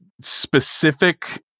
specific